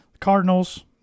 Cardinals